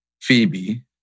Phoebe